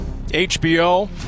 HBO